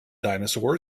dinosaur